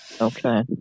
Okay